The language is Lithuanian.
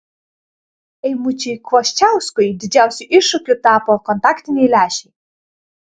eimučiui kvoščiauskui didžiausiu iššūkiu tapo kontaktiniai lęšiai